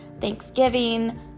Thanksgiving